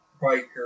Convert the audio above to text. biker